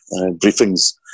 briefings